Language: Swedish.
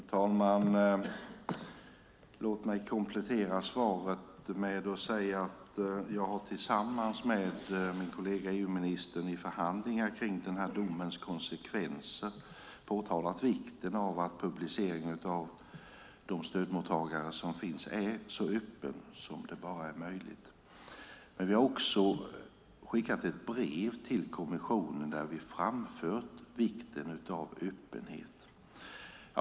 Fru talman! Låt mig komplettera svaret med att säga att jag tillsammans med min kollega EU-ministern i förhandlingar kring domens konsekvenser påtalat vikten av att publicering av de stödmottagare som finns är så öppen som det bara är möjligt. Vi har också skickat ett brev till kommissionen där vi framfört vikten av öppenhet.